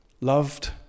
loved